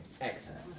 Excellent